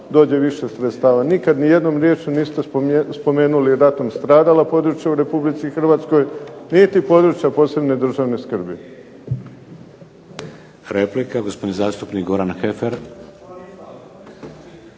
dođe više sredstava. Nikada niste spomenuli ratom stradala područja u Republici Hrvatskoj, niti područja od posebne državne skrbi.